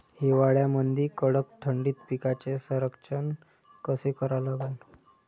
हिवाळ्यामंदी कडक थंडीत पिकाचे संरक्षण कसे करा लागन?